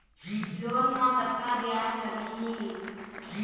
Loan म कतका ब्याज लगही?